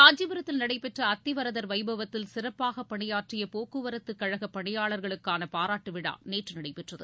காஞ்சிபுரத்தில் நடைபெற்ற அத்திவரதர் வைபவத்தில் சிறப்பாக பணியாற்றிய போக்குவரத்து கழக பணியாளர்களுக்கான பாராட்டு விழா நேற்று நடைபெற்றது